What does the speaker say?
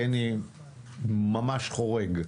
אני ממש חורג.